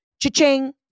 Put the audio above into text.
Cha-ching